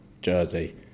jersey